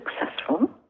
successful